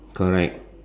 correct